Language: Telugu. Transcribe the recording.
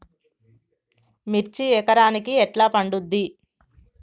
మిర్చి ఎకరానికి ఎట్లా పండుద్ధి?